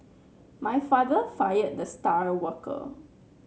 my father fired the star worker